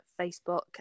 Facebook